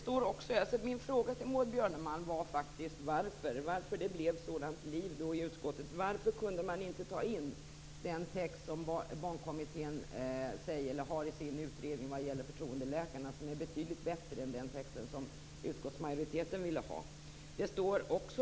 Fru talman! Min fråga till Maud Björnemalm var varför det blev ett sådant liv i utskottet. Varför kunde man inte ta in den text som Barnkommittén har i sin utredning vad gäller förtroendeläkarna? Den är betydligt bättre än den text som utskottsmajoriteten ville ha.